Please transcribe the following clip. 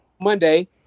Monday